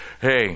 Hey